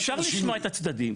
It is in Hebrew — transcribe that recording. אפשר לשמוע את הצדדים,